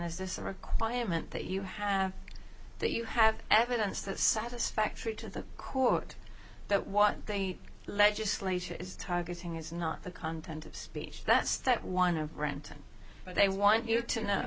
is this a requirement that you have that you have evidence that's satisfactory to the court that what legislation is targeting is not the content of speech that's that one of renton but they want you to know